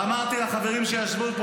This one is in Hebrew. אמרתי לחברים שישבו פה,